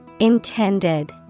Intended